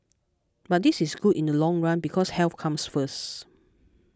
but this is good in the long run because health comes first